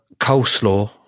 coleslaw